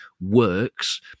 works